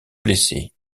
blessé